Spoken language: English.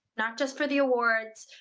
not just for the awards,